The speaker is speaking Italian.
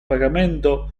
pagamento